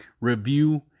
review